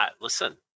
Listen